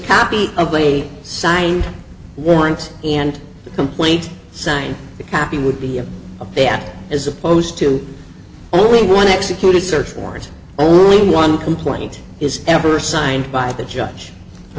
copy of a signed warrant and the complaint signed copy would be that as opposed to only one executed search warrants only one complaint is ever signed by the judge i